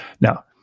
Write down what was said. Now